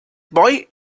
boy